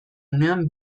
unean